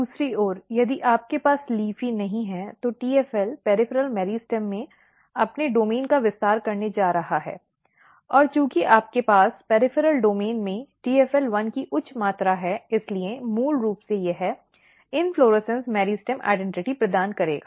दूसरी ओर यदि आपके पास LEAFY नहीं है तो TFL पॅरिफ़ॅरॅल मेरिस्टेम में अपने डोमेन का विस्तार करने जा रहा है और चूंकि आपके पास पॅरिफ़ॅरॅल डोमेन में TFL1 की उच्च मात्रा है इसलिए मूल रूप से यह इन्फ्लोरेसन्स मेरिस्टेम पहचान प्रदान करेगा